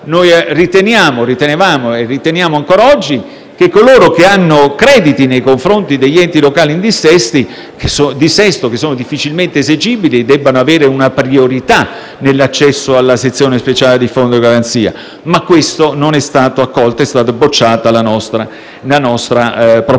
locali: noi ritenevamo e riteniamo ancora oggi che coloro che hanno crediti nei confronti degli enti locali in dissesto, che sono difficilmente esigibili, debbano avere una priorità nell'accesso alla sezione speciale del fondo di garanzia, ma la nostra proposta non è stata accolta ed è stata bocciata, come pure